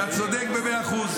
אתה צודק במאה אחוז.